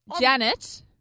Janet